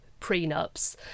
prenups